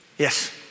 Yes